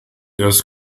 erst